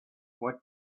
what